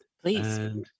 Please